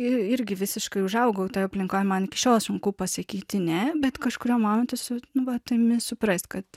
irgi visiškai užaugau toj aplinkoj man iki šiol sunku pasakyti ne bet kažkuriuo momentu su nu vat imi suprast kad